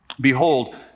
Behold